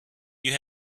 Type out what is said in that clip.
you